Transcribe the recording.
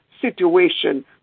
situation